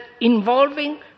involving